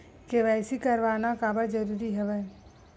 KYC करवाना काबर जरूरी हवय?